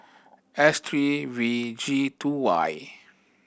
S three V G Two Y